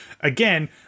again